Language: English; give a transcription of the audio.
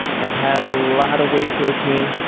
i've had a lot of whey protein,